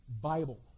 Bible